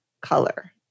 color